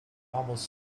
almost